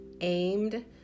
aimed